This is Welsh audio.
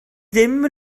ddim